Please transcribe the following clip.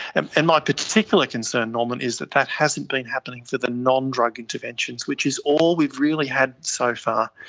and and my particular concern, norman, is that that hasn't been happening for the non-drug interventions, which is all we've really had so far.